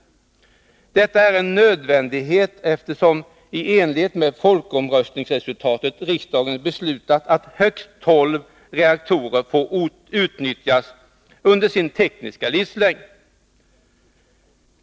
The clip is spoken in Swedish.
Detta är en nödvändighet eftersom riksdagen i enlighet med folkomröstningens resultat beslutat att högst tolv reaktorer får utnyttjas under sin tekniska livslängd.